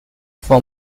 for